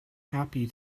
happy